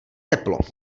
teplo